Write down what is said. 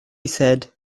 said